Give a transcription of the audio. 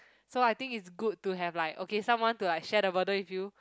so I think it's good to have like okay someone to like share the burden with you